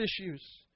issues